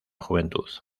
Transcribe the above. juventud